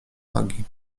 magii